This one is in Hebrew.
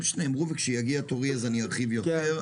חיי אזרחים רבים,